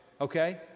okay